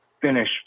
finish